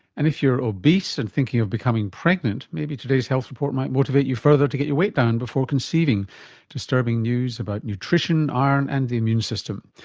and if you're obese and thinking of becoming pregnant, maybe today's health report might motivate you further to get your weight down before conceiving disturbing news about nutrition, iron and the immune system.